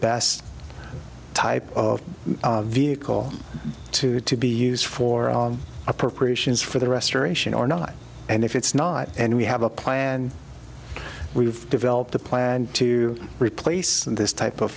best type of vehicle to to be used for appropriations for the restoration or not and if it's not and we have a plan we've developed a plan to replace this type of